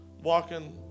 Walking